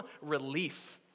relief